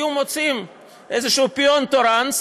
היו מוצאים איזשהו פיון תורן,